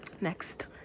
Next